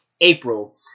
April